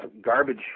garbage